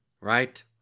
Right